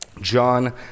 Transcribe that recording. John